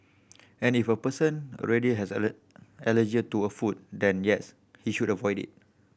and if a person already has an allergy to a food then yes he should avoid it